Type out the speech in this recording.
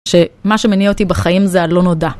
שמה שמניע אותי בחיים זה הלא נודע.